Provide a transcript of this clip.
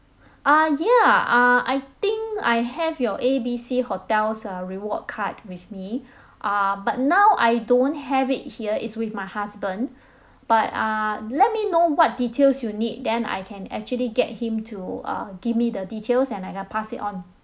uh ya uh I think I have your A B C hotels uh reward card with me uh but now I don't have it here it's with my husband but uh let me know what details you need then I can actually get him to uh give me the details and I can pass it on